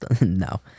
No